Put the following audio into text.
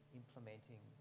implementing